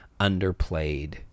underplayed